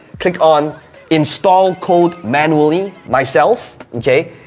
click on install code manually myself, okay.